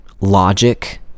logic